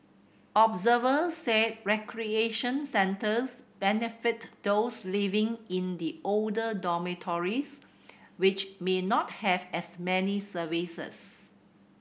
observers said recreation centres benefit those living in the older dormitories which may not have as many services